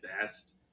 best